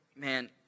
man